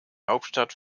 hauptstadt